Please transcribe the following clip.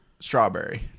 Strawberry